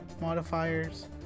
modifiers